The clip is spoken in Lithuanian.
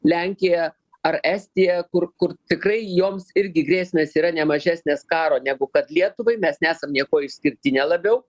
lenkija ar estija kur kur tikrai joms irgi grėsmės yra ne mažesnės karo negu kad lietuvai mes nesam niekuo išskirtinė labiau